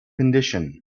condition